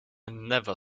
never